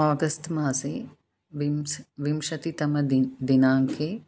आगस्त् मासे विंस् विंशतितमदिनाङ्के दि